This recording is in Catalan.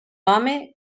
home